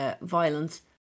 violence